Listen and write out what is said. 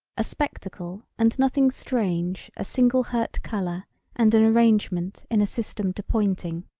a spectacle and nothing strange a single hurt color and an arrangement in a system to pointing.